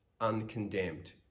uncondemned